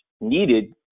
needed